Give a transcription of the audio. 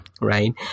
right